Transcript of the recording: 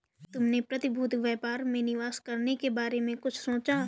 तुमने प्रतिभूति व्यापार में निवेश करने के बारे में कुछ सोचा?